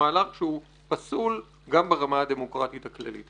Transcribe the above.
מהלך שהוא פסול גם ברמה הדמוקרטית הכללית.